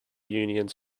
unions